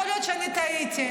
יכול להיות שאני טעיתי,